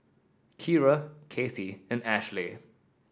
Keira Cathey and Ashleigh